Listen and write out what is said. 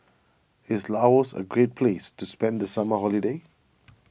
is Laos a great place to spend the summer holiday